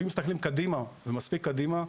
אם מסתכלים קדימה, ומספיק קדימה,